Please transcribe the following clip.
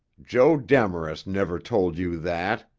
joe demarest never told you that.